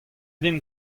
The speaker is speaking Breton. din